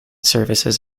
services